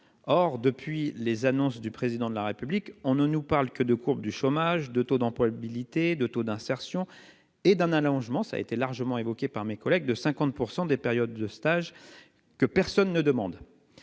Or, depuis les annonces du Président de la République, on ne nous parle que de courbes du chômage, de taux d'employabilité, de taux d'insertion, mais aussi d'un allongement- largement évoqué par mes collègues -de 50 % des périodes de stage que personne ne demande